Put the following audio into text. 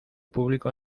público